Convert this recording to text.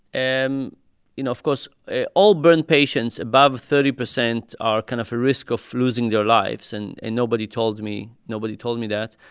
and you know, of course, all burn patients above thirty percent are kind of a risk of losing their lives. and and nobody told me nobody told me that.